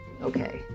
Okay